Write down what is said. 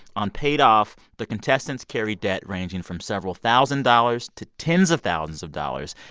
on paid off, the contestants carry debt ranging from several thousand dollars to tens of thousands of dollars.